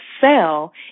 sell